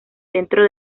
centro